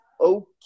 okay